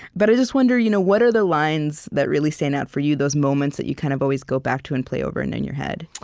but i just wonder, you know what are the lines that really stand out for you, those moments that you kind of always go back to and play over and in your head?